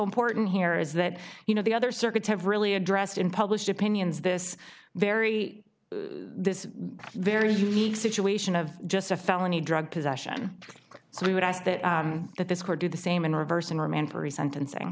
important here is that you know the other circuits have really addressed in published opinions this very this very unique situation of just a felony drug possession so we would ask that that this court do the same in reverse and remand for resentencing